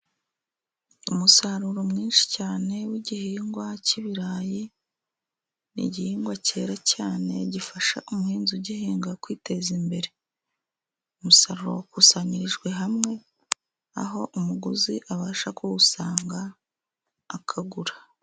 Umusaruro mwinshi cyane w'igihingwa cy'ibirayi ,ni igihingwa cyera cyane gifasha umuhinzi ugihinga kwiteza imbere, umusaruro wakusanyirijwe hamwe aho umuguzi abasha kuwusanga akagura.